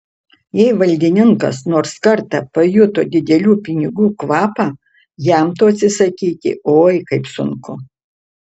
jei valdininkas nors kartą pajuto didelių pinigų kvapą jam to atsisakyti oi kaip sunku